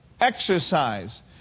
Exercise